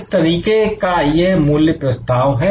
किस तरीके का यह मूल्य प्रस्ताव है